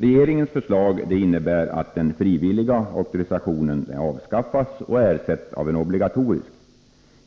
Regeringens lagförslag innebär att den frivilliga auktorisationen avskaffas och ersätts av en obligatorisk.